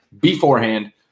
beforehand